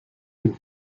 den